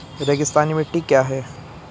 रेगिस्तानी मिट्टी क्या है?